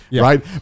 right